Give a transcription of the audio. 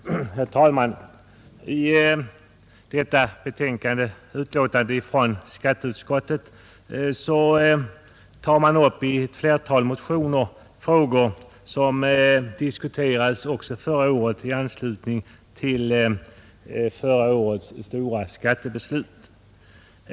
Herr talman! I detta betänkande behandlar skatteutskottet ett flertal motioner som tar upp frågor vilka diskuterades också i anslutning till förra årets stora skattebeslut.